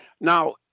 Now